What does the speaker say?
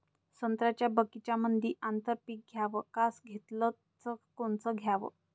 संत्र्याच्या बगीच्यामंदी आंतर पीक घ्याव का घेतलं च कोनचं घ्याव?